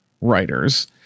writers